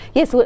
Yes